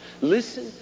listen